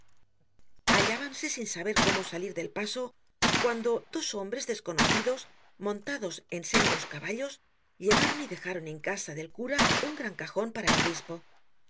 hallábanse sin saber cómo salir del paso cuando dos hombres desconocidos montados en sendos caballos llevaron y dejaron en casa del cura un gran cajon para el obispo